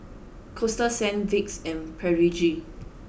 Coasta Sands Vicks and Pedigree